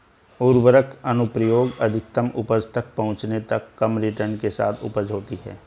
उर्वरक अनुप्रयोग अधिकतम उपज तक पहुंचने तक कम रिटर्न के साथ उपज होती है